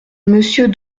monsieur